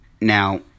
Now